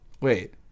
wait